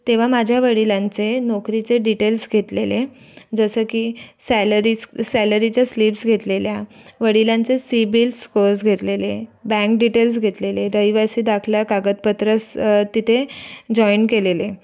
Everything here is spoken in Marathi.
तेव्हा माझ्या वडिलांचे नोकरीचे डिटेल्स घेतलेले जसं की सॅलरीज सॅलरीच्या स्लिप्स घेतलेल्या वडिलांचे सीबेल्स स्कोर्स घेतलेले बँक डिटेल्स घेतलेले रहिवासी दाखला कागदपत्र स्स तिथे जॉईन केलेले